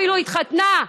אפילו התחתנה,